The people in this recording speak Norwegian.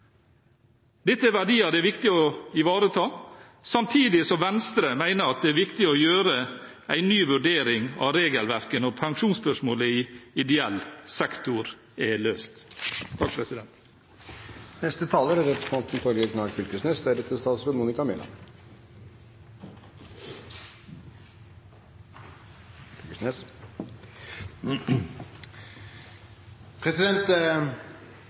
Dette er verdier det er viktig å ivareta, samtidig som Venstre mener at det er viktig å gjøre en ny vurdering av regelverket når pensjonsspørsmålet i ideell sektor er løst.